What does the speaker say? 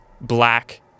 black